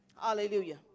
Hallelujah